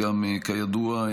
כידוע,